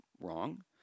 wrong